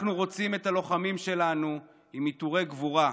אנחנו רוצים את הלוחמים שלנו עם עיטורי גבורה,